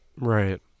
Right